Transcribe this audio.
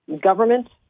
Government